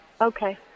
Okay